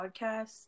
Podcast